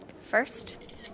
first